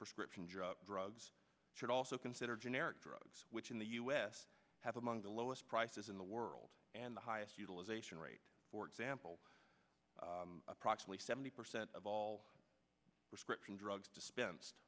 prescription drug drugs should also consider generic drugs which in the us have among the lowest prices in the world and the highest utilization rate for example approximately seventy percent of all prescription drugs dispensed